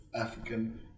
african